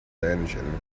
engine